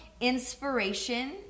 inspiration